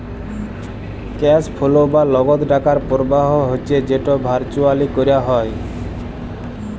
cash flow বা লগদ টাকার পরবাহ হচ্যে যেট ভারচুয়ালি ক্যরা হ্যয়